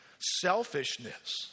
selfishness